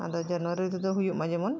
ᱟᱫᱚ ᱡᱟᱱᱩᱣᱟᱨᱤ ᱨᱮᱫᱚ ᱦᱩᱭᱩᱜᱼᱢᱟ ᱡᱮᱢᱚᱱ